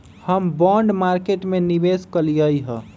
हम bond market में निवेश कलियइ ह